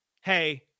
hey